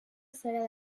serà